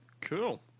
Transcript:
Cool